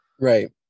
Right